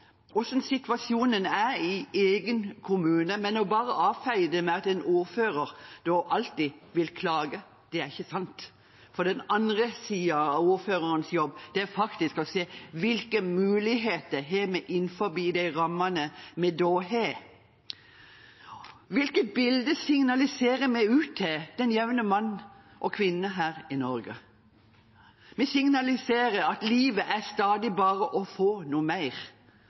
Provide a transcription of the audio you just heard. hvordan situasjonen er i egen kommune, men å avfeie dette med at en ordfører alltid vil klage, det er ikke sant. Den andre siden av en ordførers jobb er å se hvilke muligheter en har innenfor rammene. Hvilke bilder signaliserer vi ut til den jevne mann og kvinne her i Norge? Vi signaliserer at livet er stadig å få mer,